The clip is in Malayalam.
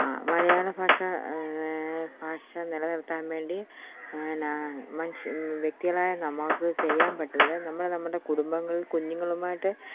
മലയാളഭാഷ ഭാഷ നിലനിർത്താൻ വേണ്ടി മനുഷ്യൻ വ്യക്തികളായ നമ്മൾക്ക് ചെയ്യാൻ പറ്റുന്ന നമ്മൾ നമ്മുടെ കടുംബങ്ങൾ കുഞ്ഞുങ്ങളുമായിട്ട്